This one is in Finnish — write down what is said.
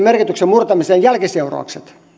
merkityksen murtamisen jälkiseuraukset